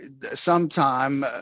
sometime